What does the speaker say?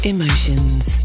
Emotions